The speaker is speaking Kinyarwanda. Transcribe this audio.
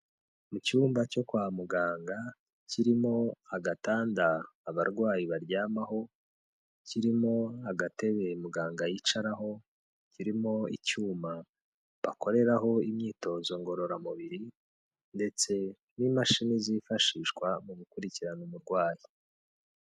Mu cyumba cyo kwa muganga kirimo agatanda abarwayi baryamaho, kirimo agatebe muganga yicaraho, kirimo icyuma bakoreraho imyitozo ngororamubiri ndetse n'imashini zifashishwa mu gukurikirana umurwayi.